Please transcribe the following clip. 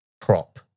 prop